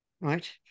right